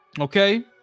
okay